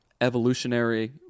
evolutionary